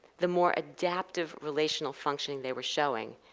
the more adaptive relational functioning they were showing,